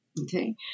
okay